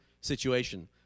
situation